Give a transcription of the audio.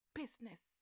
business